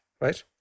right